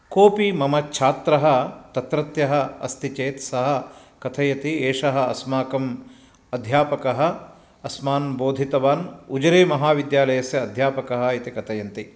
कोपि मम छात्रः तत्रत्यः अस्ति चेत् सः कथयति एषः अस्माकम् अध्यापकः अस्मान् बोधितवान् उजिरेमहाविद्यालयस्य अध्यापकः इति कथयन्ति